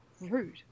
rude